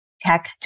tech